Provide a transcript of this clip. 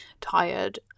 tired